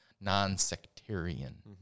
non-sectarian